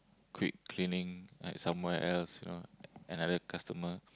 quick cleaning like somewhere else you know another customer